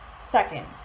Second